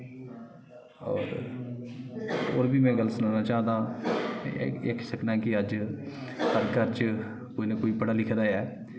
होर होर बी में गल्ल सनाना चाह्दां एह् आक्खी सकना कि अज्ज हर घर च कोई ना कोई पढ़ा लिखा दा ऐ